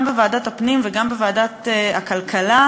גם בוועדת הפנים וגם בוועדת הכלכלה,